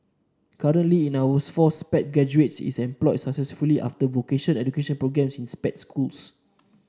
currently in four Sped graduates is employed successfully after vocational education in Sped schools